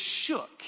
shook